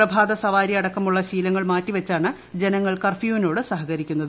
പ്രഭാത സവാരി അടക്കമുള്ള ശീലങ്ങൾ മാറ്റിവച്ചാണ് ജനങ്ങൾ കർഫ്യൂവിനോട് സഹകരിക്കുന്നത്